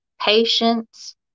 patience